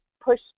push